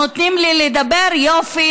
נותנים לי לדבר, יופי.